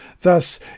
Thus